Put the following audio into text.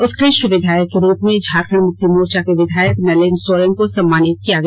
उत्कृष्ट विधायक के रूप में झारखंड मुक्ति मोर्चा के विधायक नलिन सोरेन को सम्मानित किया गया